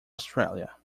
australia